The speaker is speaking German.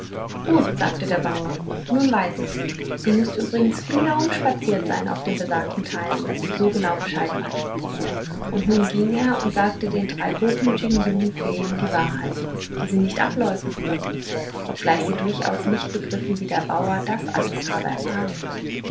gut sagte der bauer nun weiß ich's du mußt übrigens viel herumspaziert sein auf den besagten teilen daß du so genau bescheid weißt und nun ging er und sagte den drei hochmütigen jungen feen die wahrheit die sie nicht ableugnen konnten obgleich sie durchaus nicht begriffen wie der bauer das alles habe erfahren können